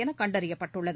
என் கண்டறியப்பட்டுள்ளது